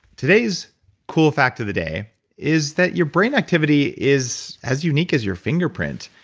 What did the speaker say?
today's cool fact of the day is that your brain activity is as unique as your fingerprint.